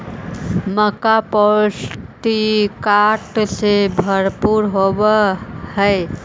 मक्का पौष्टिकता से भरपूर होब हई